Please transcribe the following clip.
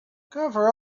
cover